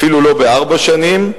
אפילו לא בארבע שנים,